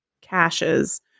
caches